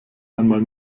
einmal